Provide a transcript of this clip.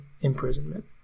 imprisonment